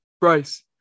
Bryce